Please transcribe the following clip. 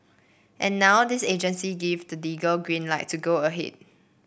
and now this agency give the legal green light to go ahead